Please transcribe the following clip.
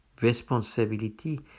responsibility